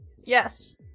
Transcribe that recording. Yes